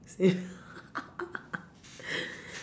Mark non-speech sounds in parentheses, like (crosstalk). same (laughs)